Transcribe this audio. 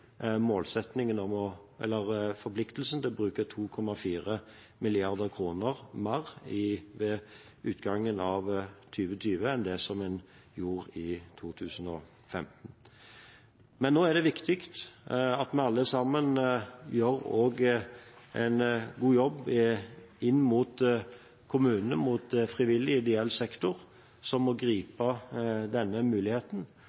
forpliktelsen til å bruke 2,4 mrd. kr mer ved utgangen av 2020 enn det som en gjorde i 2015. Men nå er det viktig at vi alle sammen også gjør en god jobb inn mot kommunene, mot frivillig ideell sektor, som må gripe denne muligheten,